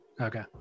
Okay